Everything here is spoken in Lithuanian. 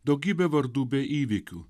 daugybę vardų bei įvykių